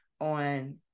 on